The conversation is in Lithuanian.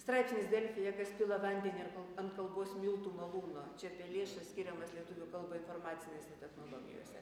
straipsnis delfyje kas pila vandenį an kal ant kalbos miltų malūno čia apie lėšas skiriamas lietuvių kalbai informacinėse technologijose